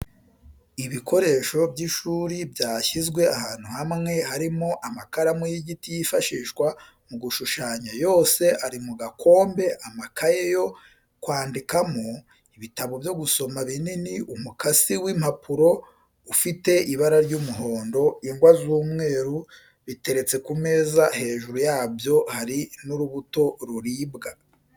Ibikoresho by'ishuri byashyizwe ahantu hamwe harimo amakaramu y'igiti yifashishwa mu gushushanya yose ari mu gakombe, amakaye yo kwandikamo, ibitabo byo gusoma binini, umukasi w'impapuro ufite ibara ry'umuhondo, ingwa z'umweru, biteretse ku meza, hejuru yabyo hari n'urubuto ruribwa.